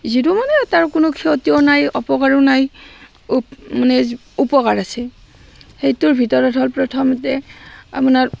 যিটো মানে তাৰ কোনো ক্ষতিও নাই অপকাৰো নাই উপ মানে উপকাৰ আছে সেইটোৰ ভিতৰত হ'ল প্ৰথমতে আপোনাৰ